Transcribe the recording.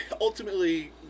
ultimately